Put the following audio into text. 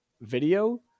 video